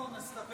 אינו נוכח,